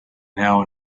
now